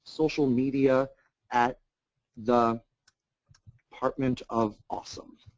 social media at the department of awesome.